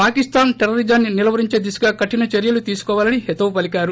పాకిస్తాన్ టెర్రరిజాన్ని నిలువరించేదిశగా కఠిన చర్యలు తీసుకోవాలని హితవు పలికారు